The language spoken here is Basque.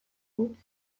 huts